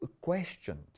questioned